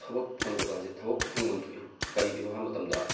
ꯊꯕꯛ ꯐꯪꯗꯕ ꯍꯥꯏꯁꯤ ꯊꯕꯛ ꯐꯪꯐꯝ ꯊꯣꯛꯏ ꯀꯔꯤꯒꯤꯅꯣ ꯍꯥꯏꯕ ꯃꯇꯝꯗ